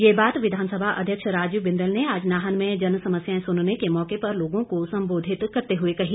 ये बात विधानसभा अध्यक्ष राजीव बिंदल ने आज नाहन में जनसमस्याएं सुनने के मौके पर लोगों को संबोधित करते हुए कही